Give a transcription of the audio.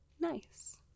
Nice